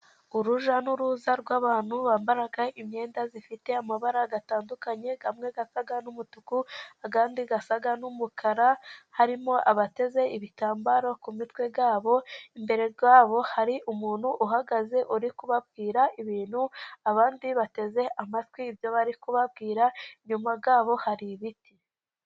Urujya n'uruza rw'abantu bambara imyenda ifite amabara atandukanye, amwe asa n'umutuku, andi asa n'umukara, harimo abateze ibitambaro ku mitwe y'abo, imbere y'abo hari umuntu uhagaze uri kubabwira ibintu, abandi bateze amatwi ibyo bari kubabwira inyuma yabo hari ibiti.